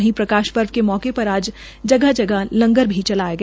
वहीं प्रकाश पर्व के मौके पर आज जगह जगह लंगर भी चलाया गया